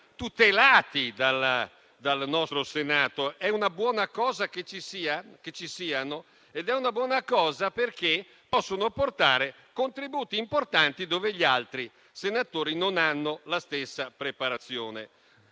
tutelati dal nostro Senato. È una buona cosa che ci siano, perché possono portare contributi importanti dove gli altri senatori non hanno la stessa preparazione.